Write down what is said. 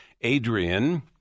Adrian